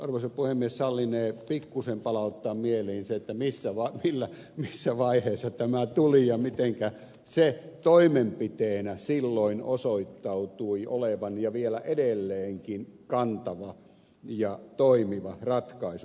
arvoisa puhemies sallinee pikkuisen palauttaa mieliin sen missä vaiheessa tämä tuli ja mitenkä se toimenpiteenä silloin osoittautui olevan ja vielä edelleenkin on kantava ja toimiva ratkaisu